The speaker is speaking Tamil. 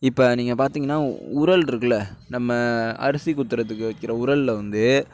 இப்போ நீங்கள் பார்த்தீங்கன்னா உரல் இருக்குல்ல நம்ம அரிசி குத்துறதுக்கு வக்கிற உரலில் வந்து